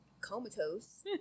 comatose